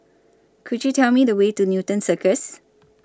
Could YOU Tell Me The Way to Newton Cirus